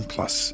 Plus